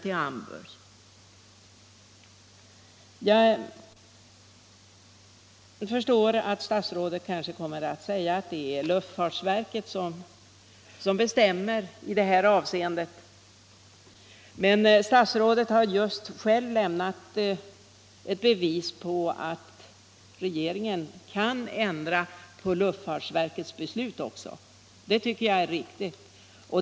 Jag förstår att statsrådet kanske kommer att säga att det är luftfartsverket som bestämmer i detta avseende, men statsrådet har just själv lämnat ett bevis på att regeringen kan ändra på luftfartsverkets beslut också. Det tycker jag är riktigt.